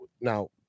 Now